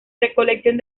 recolección